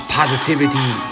positivity